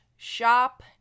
shop